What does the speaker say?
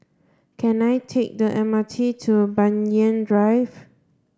can I take the M R T to Banyan Drive